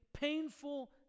painful